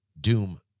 Doom